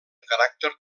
caràcter